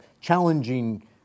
challenging